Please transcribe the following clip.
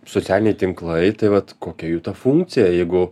socialiniai tinklai tai vat kokia jų ta funkcija jeigu